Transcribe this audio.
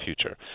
future